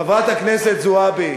חברת הכנסת זועבי,